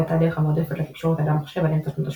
דרך זו הייתה הדרך המועדפת לתקשורת אדם־מחשב עד אמצע שנות השמונים,